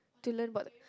to learn about the